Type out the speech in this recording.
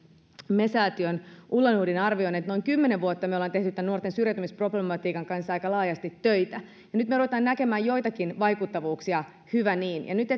me säätiön ulla nordin arvioon että noin kymmenen vuotta me olemme tehneet nuorten syrjäytymisproblematiikan kanssa aika laajasti töitä ja nyt me rupeamme näkemään joitakin vaikuttavuuksia hyvä niin ja